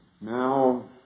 Now